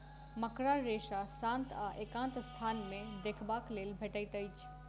मकड़ा रेशा शांत आ एकांत स्थान मे देखबाक लेल भेटैत अछि